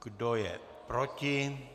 Kdo je proti?